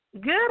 Good